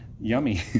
yummy